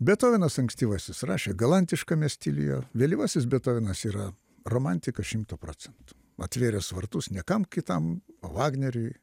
bethovenas ankstyvasis rašė galantiškame stiliuje vėlyvasis bethovenas yra romantika šimtu procentų atvėręs vartus niekam kitam o vagneriui